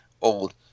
old